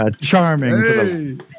Charming